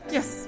Yes